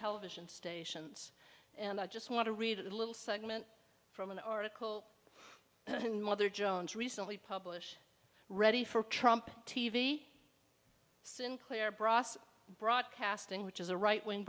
television stations and i just want to read a little segment from an article in mother jones recently published ready for trump t v sinclair bras broadcasting which is a right wing